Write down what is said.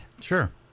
Sure